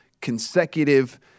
consecutive